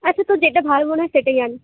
আচ্ছা তোর যেটা ভালো মনে হয় সেটাই আন